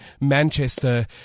Manchester